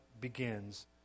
begins